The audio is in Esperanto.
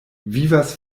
vivas